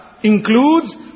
Includes